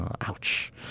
Ouch